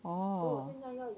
oh